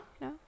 no